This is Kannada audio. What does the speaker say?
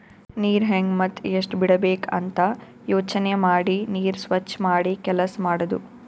ನೀರ್ ಹೆಂಗ್ ಮತ್ತ್ ಎಷ್ಟ್ ಬಿಡಬೇಕ್ ಅಂತ ಯೋಚನೆ ಮಾಡಿ ನೀರ್ ಸ್ವಚ್ ಮಾಡಿ ಕೆಲಸ್ ಮಾಡದು